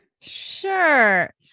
Sure